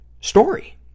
story